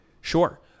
Sure